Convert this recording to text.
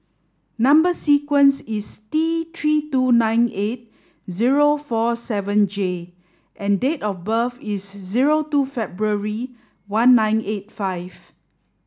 number sequence is T three two nine eight zero four seven J and date of birth is zero two February one nine eight five